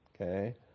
Okay